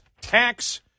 tax